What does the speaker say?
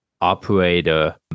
operator